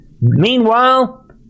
Meanwhile